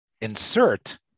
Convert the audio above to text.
insert